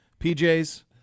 PJs